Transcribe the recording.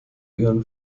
ihren